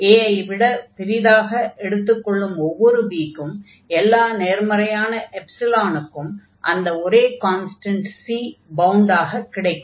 a ஐ விடப் பெரியதாக எடுத்துக்கொள்ளும் ஒவ்வொரு b க்கும் எல்லா நேர்மறையான க்கும் அந்த ஒரே கான்ஸ்டண்ட் C பவுண்ட் ஆக கிடைக்கும்